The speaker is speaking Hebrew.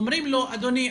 אומרים לו: אדוני,